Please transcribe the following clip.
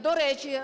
До речі,